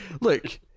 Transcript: Look